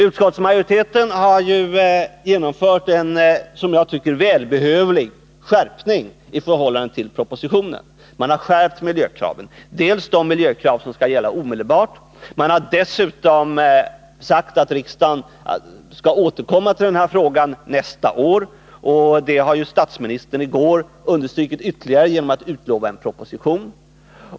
Utskottsmajoriteten har, som jag tycker, på ett välbehövligt sätt skärpt miljökraven i förhållande till propositionen. Dels har -:man skärpt de miljökrav som skall gälla omedelbart, dels har man sagt att riksdagen skall återkomma till denna fråga nästa år. Det underströk statsministern i går genom att utlova ytterligare en proposition.